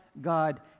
God